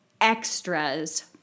extras